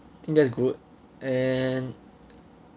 think that's good and